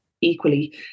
equally